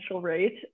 rate